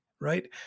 right